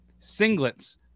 Singlets